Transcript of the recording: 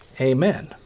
Amen